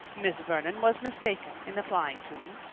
miss vernon was mistaken in applying to me.